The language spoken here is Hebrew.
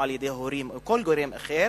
על-ידי הורים או על-ידי כל גורם אחר,